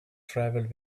travelled